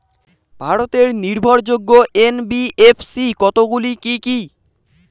ভারতের নির্ভরযোগ্য এন.বি.এফ.সি কতগুলি কি কি?